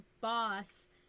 boss